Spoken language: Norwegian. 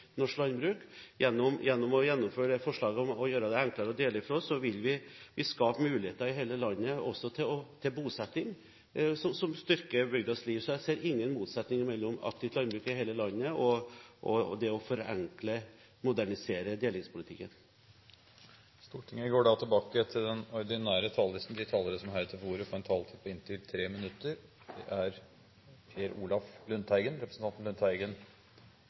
norsk landbruk. Gjennom å gjennomføre forslaget om å gjøre det enklere å fradele vil vi skape muligheter i hele landet også til bosetting, som styrker bygdas liv. Så jeg ser ingen motsetning mellom et aktivt landbruk i hele landet og det å forenkle, modernisere, delingspolitikken. Replikkordskiftet er omme. De talere som heretter får ordet, har en taletid på inntil 3 minutter. Delingsforbudet er